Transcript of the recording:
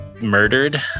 murdered